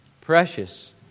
Precious